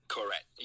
Correct